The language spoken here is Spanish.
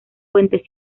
fuentes